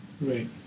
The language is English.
Right